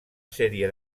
sèrie